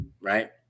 right